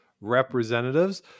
representatives